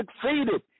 succeeded